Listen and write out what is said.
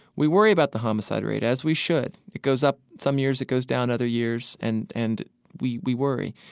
we worry about the homicide rate, as we should. it goes up some years, it goes down other years, and and we we worry.